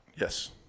Yes